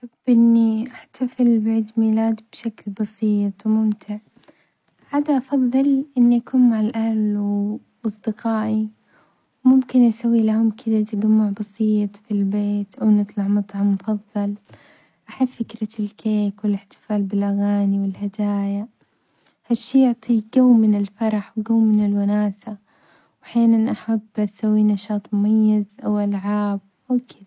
أحب إني أحتفل بعيد ميلادي بشكل بسيط وممتع، عاد أفظل إني أكون مع الأهل وأصدقائي، ممكن أسوي لهم كدة تجمع بسيط في البيت أو نطلع مطعم أفظل، أحب فكرة الكيك والاحتفال بالأغاني والهدايا، هالشي يعطي جو من الفرح وجو من الوناسة وأحيانًا أحب أسوي نشاط معين أوألعاب أو كده.